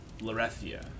Lorethia